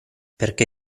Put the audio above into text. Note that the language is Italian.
perché